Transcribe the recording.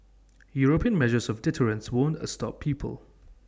european measures of deterrence won't A stop people